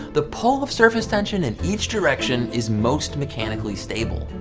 the pull of surface tension in each direction is most mechanically stable.